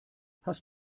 hast